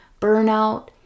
burnout